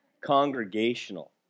Congregational